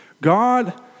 God